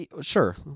sure